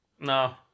No